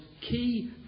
key